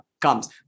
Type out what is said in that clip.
comes